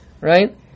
right